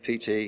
PT